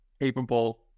capable